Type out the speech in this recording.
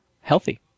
healthy